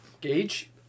Gage